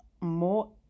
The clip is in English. more